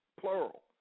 plural